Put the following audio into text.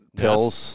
pills